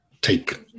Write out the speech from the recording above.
take